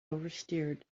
oversteered